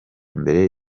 mbere